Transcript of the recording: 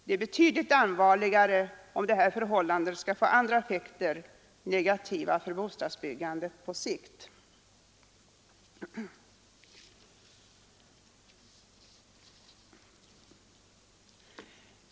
Det är betydligt allvarligare om det här förhållandet skall få andra effekter — negativa för bostadsbyggandet på sikt.